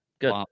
Good